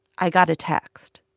i got a text.